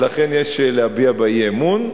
ולכן יש להביע בה אי-אמון.